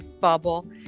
bubble